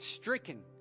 stricken